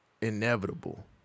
inevitable